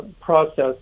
process